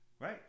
Right